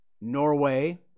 Norway